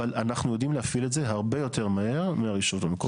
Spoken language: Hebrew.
אבל אנחנו יודעים להפעיל את זה הרבה יותר מהר מהרשות המקומית.